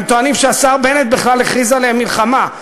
הם טוענים שהשר בנט בכלל הכריז עליהם מלחמה.